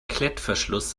klettverschluss